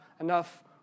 enough